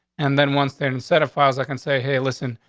and then once they're in set of files, i can say, hey, listen,